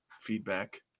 feedback